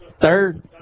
third